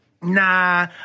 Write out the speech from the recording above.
nah